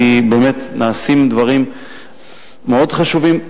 כי באמת נעשים דברים מאוד חשובים.